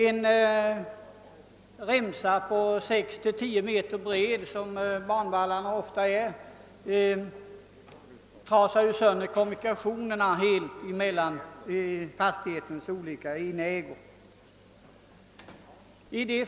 En remsa på 6— 10 m bredd, som banvallarna ofta är, trasar helt sönder kommunikationerna mellan fastighetens olika inägor.